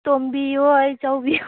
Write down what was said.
ꯇꯣꯝꯕꯤ ꯍꯣꯏ ꯆꯥꯎꯕꯤ ꯍꯣꯏ